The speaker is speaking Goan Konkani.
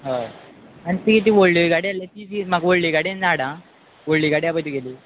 हय आनी ती ती व्हडली गाडी आसली ती फी म्हाका व्हडली गाडयेन धाड आ व्हडली गाडयां पळय तुगेली